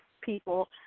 people